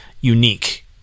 unique